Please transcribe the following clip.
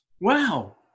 Wow